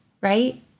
right